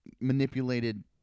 manipulated